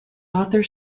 author